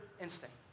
instinct